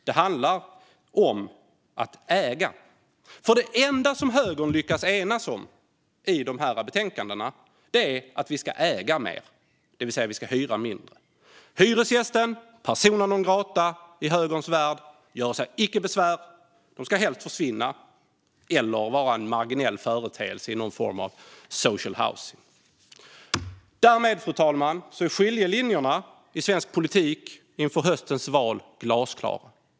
Det handlar om att äga. Det enda som högern lyckas enas om i de här betänkandena är att vi ska äga mer, det vill säga hyra mindre. Hyresgästen - persona non grata i högerns värld - göre sig icke besvär och ska helst försvinna eller vara en marginell företeelse i någon form av social housing. Fru talman! Därmed är skiljelinjerna i svensk politik inför höstens val glasklara.